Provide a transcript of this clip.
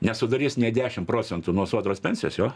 nesudarys nė dešim procentų nuo sodros pensijos jo